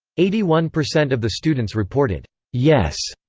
eighty one percent of the students reported yes.